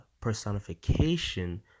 personification